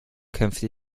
kämpfte